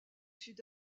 sud